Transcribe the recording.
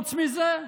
חוץ מזה,